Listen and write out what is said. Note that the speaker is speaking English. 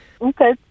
Okay